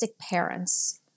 parents